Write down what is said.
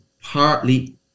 partly